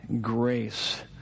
grace